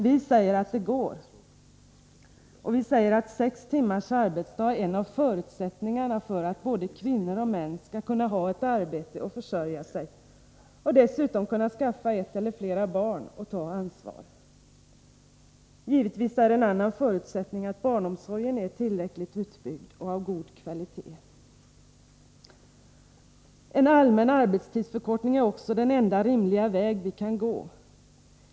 Vi säger att det går — och vi säger att sex timmars arbetsdag är en av förutsättningarna för att både kvinnor och män skall kunna ha ett arbete och försörja sig och dessutom kunna skaffa ett eller flera barn och ta ansvar. Givetvis är en annan förutsättning att barnomsorgen är tillräckligt utbyggd och av god kvalitet. En allmän arbetstidsförkortning är också den enda rimliga väg vi kan gå.